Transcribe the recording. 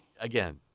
again